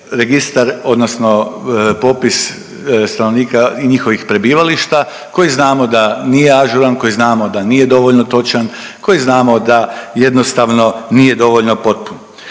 registar odnosno popis stanovnika i njihovih prebivališta koji znamo da nije ažuran, koji znamo da nije dovoljno točan, koji znamo da jednostavno nije dovoljno potpun.